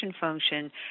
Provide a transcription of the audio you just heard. function